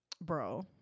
bro